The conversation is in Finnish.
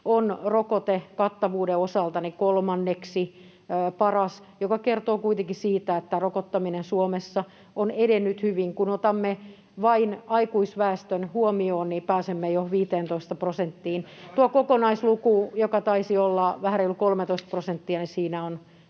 on rokotekattavuuden osalta kolmanneksi paras, mikä kertoo kuitenkin siitä, että rokottaminen Suomessa on edennyt hyvin. Kun otamme vain aikuisväestön huomioon, niin pääsemme jo 15 prosenttiin. [Ben Zyskowiczin välihuuto] Kokonaisluvussa, joka taisi olla vähän reilu 13 prosenttia, on koko